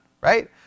right